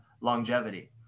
longevity